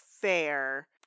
fair